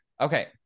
okay